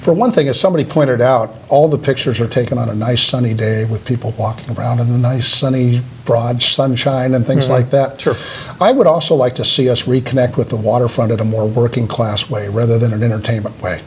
for one thing as somebody pointed out all the pictures are taken on a nice sunny day with people walking around in the nice sunny broad sunshine and things like that i would also like to see us reconnect with the waterfront at a more working class way rather than an entertainment